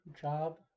job